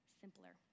simpler